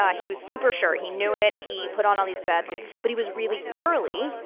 yeah he was super sure he knew it. he put on all his bets, but he was really early,